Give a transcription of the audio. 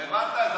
אתה הבנת?